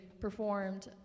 performed